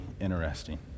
interesting